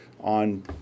on